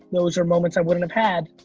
those are moments i wouldn't have had,